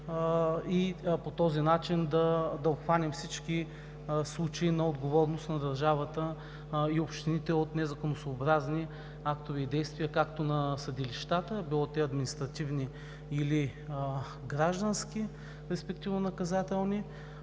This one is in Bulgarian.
и по този начин да обхванем всички случаи на отговорност на държавата и общините от незаконосъобразни актове и действия както на съдилищата – било те административни или граждански, респективно наказателни,